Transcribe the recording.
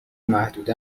محدوده